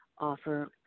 offer